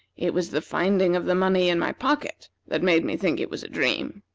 it was the finding of the money in my pocket that made me think it was a dream.